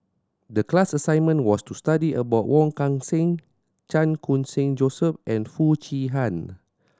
the class assignment was to study about Wong Kan Seng Chan Khun Sing Joseph and Foo Chee Han